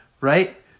right